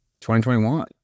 2021